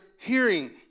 Hearing